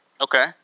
Okay